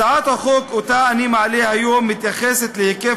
הצעת החוק שאני מעלה היום מתייחסת להיקף